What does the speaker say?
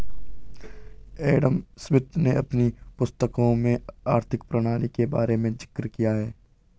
Adam Smith ने अपनी पुस्तकों में आर्थिक प्रणाली के बारे में जिक्र किया है